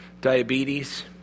diabetes